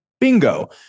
bingo